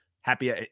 happy